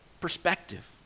perspective